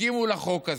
הסכימו לחוק הזה.